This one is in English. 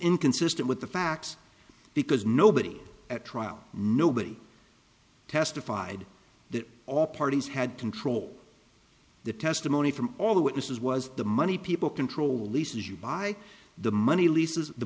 inconsistent with the facts because nobody at trial nobody testified that all parties had control the testimony from all the witnesses was the money people control leases you buy the money leases the